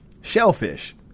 shellfish